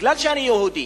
מכיוון שאני יהודי,